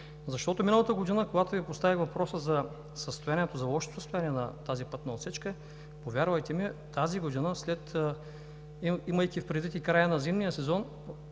защото миналата година, когато Ви поставих въпроса за лошото състояние на тази пътна отсечка, повярвайте ми, тази година, имайки предвиди и края на зимния сезон,